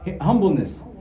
humbleness